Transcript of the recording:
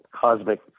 cosmic